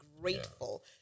grateful